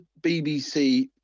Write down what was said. BBC